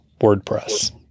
wordpress